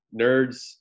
nerds